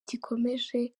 gikomeje